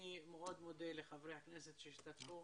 אני מאוד מודה לחברי הכנסת שהשתתפו,